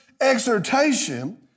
exhortation